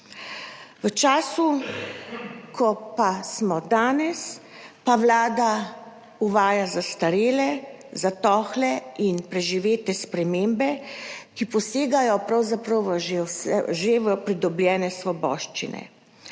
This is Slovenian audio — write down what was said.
v današnjem času pa vlada uvaja zastarele, zatohle in preživete spremembe, ki posegajo pravzaprav v že pridobljene svoboščine.